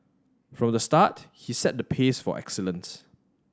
from the start he set the pace for excellence